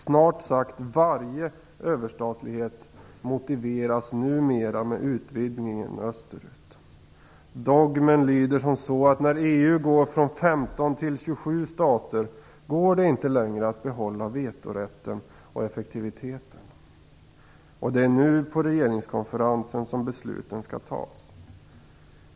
Snart sagt varje överstatlighet motiveras numera med utvidgningen. Dogmen lyder som så att när EU går från 15 till 27 stater går det inte längre att behålla vetorätten och effektiviteten. Och det är nu på regeringskonferensen som besluten skall fattas.